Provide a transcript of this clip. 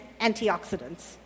antioxidants